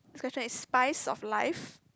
this question is spice of life